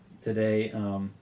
today